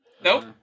Nope